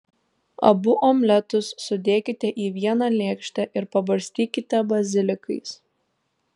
abu omletus sudėkite į vieną lėkštę ir pabarstykite bazilikais